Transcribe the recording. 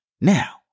Now